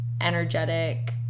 energetic